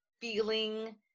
feeling